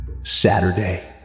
Saturday